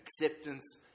acceptance